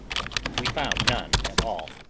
but we found none at all.